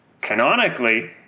Canonically